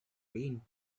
been